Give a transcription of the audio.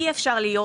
אי-אפשר לחיות.